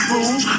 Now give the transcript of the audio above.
Boom